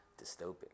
Dystopic